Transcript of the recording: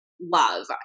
love